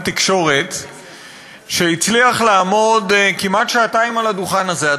תקשורת שהצליח לעמוד כמעט שעתיים על הדוכן הזה,